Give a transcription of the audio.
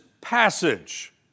passage